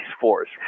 force